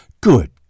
Good